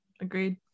agreed